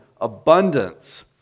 abundance